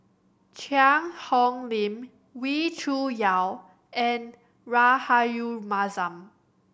Cheang Hong Lim Wee Cho Yaw and Rahayu Mahzam